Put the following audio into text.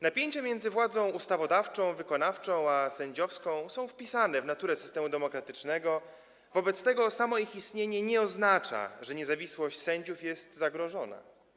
Napięcia między władzą ustawodawczą, wykonawczą a sądowniczą są wpisane w naturę systemu demokratycznego, wobec tego samo ich istnienie nie oznacza, że niezawisłość sędziów jest zagrożona.